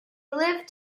lived